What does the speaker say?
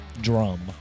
drum